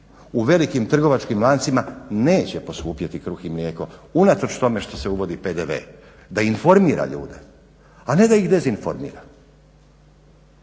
U velikim trgovačkim lancima neće poskupjeti kruh i mlijeko unatoč tome što se uvodi PDV, da informira ljude, a ne da ih dezinformira.